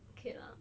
okay lah